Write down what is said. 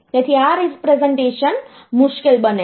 તેથીઆ રીપ્રેસનટેશન મુશ્કેલ બને છે